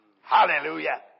Hallelujah